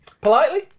politely